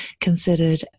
considered